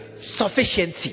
sufficiency